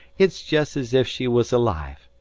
it's just as if she was alive,